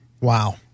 Wow